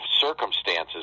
circumstances